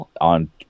on